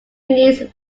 needs